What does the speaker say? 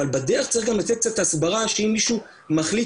אבל בדרך צריך גם לתת קצת הסברה שאם מישהו מחליט